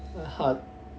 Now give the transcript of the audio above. hard